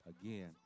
Again